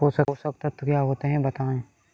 पोषक तत्व क्या होते हैं बताएँ?